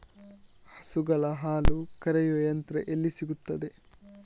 ಹಸುಗಳ ಹಾಲು ಕರೆಯುವ ಯಂತ್ರ ಎಲ್ಲಿ ಸಿಗುತ್ತದೆ?